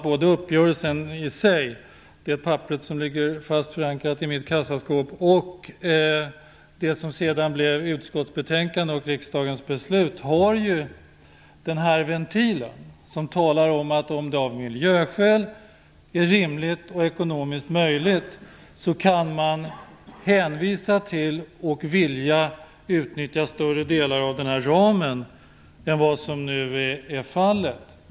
Både uppgörelsen i sig, det papper som ligger tryggt förvarat i mitt kassaskåp, och det som sedan blev utskottsbetänkande och riksdagens beslut innehåller ju den ventil som talar om att om det av miljöskäl är rimligt och ekonomiskt möjligt så kan man utnyttja större delar av ramen än vad som nu är fallet.